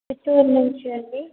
చిత్తూరు నుంచి అండీ